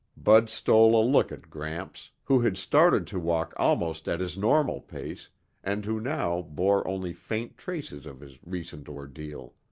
bud stole a look at gramps, who had started to walk almost at his normal pace and who now bore only faint traces of his recent ordeal.